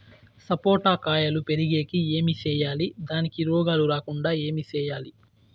సపోట కాయలు పెరిగేకి ఏమి సేయాలి దానికి రోగాలు రాకుండా ఏమి సేయాలి?